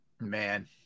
Man